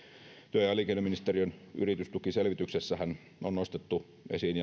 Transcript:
työ ja elinkeinoministeriön yritystukiselvityksessähän on nostettu esiin